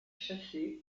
chassé